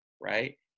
right